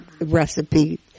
recipe